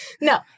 No